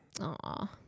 Aw